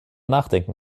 nachdenken